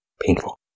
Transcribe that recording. painful